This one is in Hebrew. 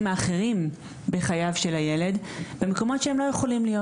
האחרים בחייו של הילד במקומות שבהם הם לא יכולים להיות.